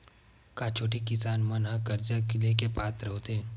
का छोटे किसान मन हा कर्जा ले के पात्र होथे?